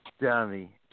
dummy